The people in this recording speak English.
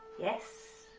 yes,